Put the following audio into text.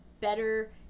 better